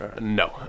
No